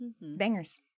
bangers